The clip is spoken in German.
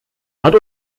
hat